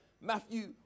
Matthew